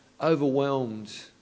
overwhelmed